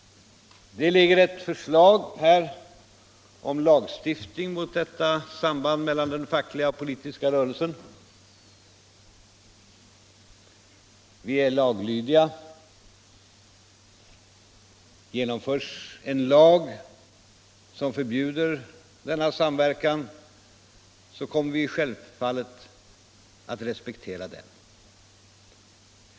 Det ligger ett förslag här om lagstiftning mot detta samband mellan den fackliga och den politiska rörelsen. Vi är laglydiga. Genomförs en lag som förbjuder denna samverkan, så kommer vi självfallet att respektera den.